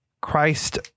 Christ